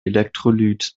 elektrolyt